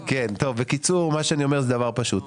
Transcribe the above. טוב, בקיצור, מה שאני אומר זה דבר פשוט.